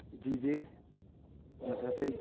जिजे र साथै